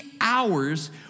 hours